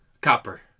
Copper